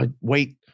wait